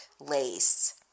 lace